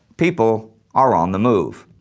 people are on the move.